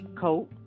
coat